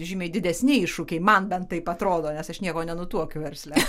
žymiai didesni iššūkiai man bent taip atrodo nes aš nieko nenutuokiu versle